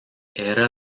era